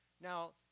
Now